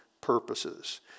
purposes